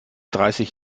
dreißig